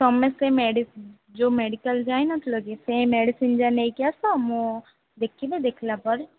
ତମେ ସେଇ ମେଡ଼ିସିନ୍ ଯେଉଁ ମେଡ଼ିକାଲ୍ ଯାଇନଥିଲ କି ସେ ମେଡ଼ିସିନ୍ ଯାକ ନେଇକି ଆସ ମୁଁ ଦେଖିବି ଦେଖିଲା ପରେ